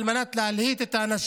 על מנת להלהיט את האנשים.